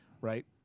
Right